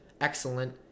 excellent